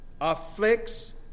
afflicts